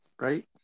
right